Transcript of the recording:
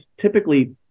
typically